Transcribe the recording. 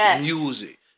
music